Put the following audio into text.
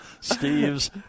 Steve's